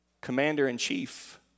commander-in-chief